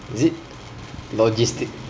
is it logistic